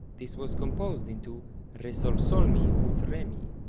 this was composed into re sol sol mi ut re mi.